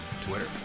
Twitter